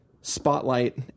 Spotlight